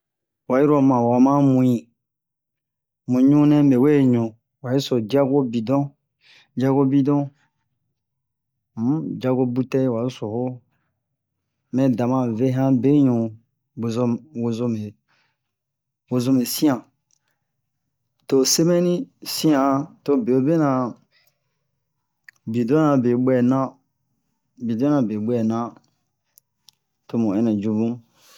wayi ro ma wa ma muin mu ŋu nɛ mɛ we ŋu o yi so diago bidɔ diago bidɔ un diago butɛl wa so ho mɛ da ma ve han beɲu wozo wozomɛ wozomɛ sian to semɛmi sian to be'obe nɛ a bidɔ na be ɓwɛna bidɔ na be ɓwɛna to mu ɛnɛ ju bu